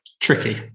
tricky